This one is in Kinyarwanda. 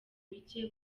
micye